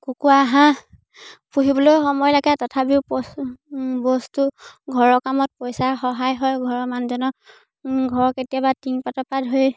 কুকুৰা হাঁহ পুহিবলৈও সময় লাগে তথাপিও বস্তু বস্তু ঘৰৰ কামত পইচা সহায় হয় ঘৰৰ মানুহজনক ঘৰৰ কেতিয়াবা টিংপাতৰপৰা ধৰি